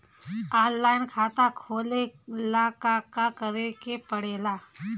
Online खाता खोले ला का का करे के पड़े ला?